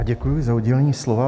Já děkuji za udělení slova.